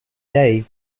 day